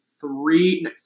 three